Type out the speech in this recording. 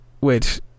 Wait